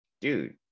dude